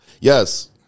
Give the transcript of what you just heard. Yes